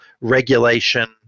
regulation